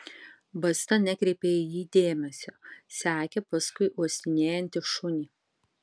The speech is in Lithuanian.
basta nekreipė į jį dėmesio sekė paskui uostinėjantį šunį